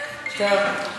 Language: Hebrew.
זה לא הטלפון שלי.